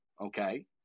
Okay